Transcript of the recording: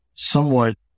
somewhat